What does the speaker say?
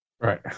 Right